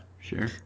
sure